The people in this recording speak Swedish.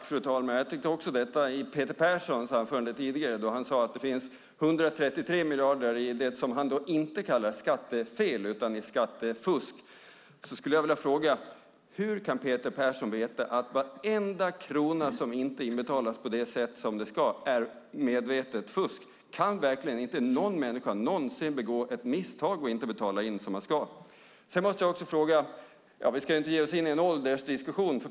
Fru talman! Peter Persson sade tidigare i sitt anförande att det fanns 133 miljarder i vad han inte kallar skattefel utan skattefusk. Jag skulle vilja fråga: Hur kan Peter Persson veta att varenda krona som inte inbetalas på det sätt som det ska är medvetet fusk? Kan verkligen inte någon människa någon gång begå ett misstag och inte betala in som man ska? Vi ska inte ge oss in i en åldersdiskussion.